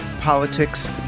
politics